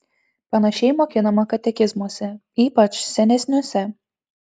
panašiai mokinama katekizmuose ypač senesniuose